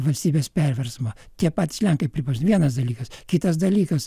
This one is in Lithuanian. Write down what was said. valstybės perversmą tie patys lenkai pripažino vienas dalykas kitas dalykas